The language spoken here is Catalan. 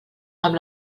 amb